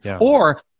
Or-